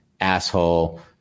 asshole